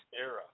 era